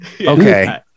Okay